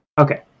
okay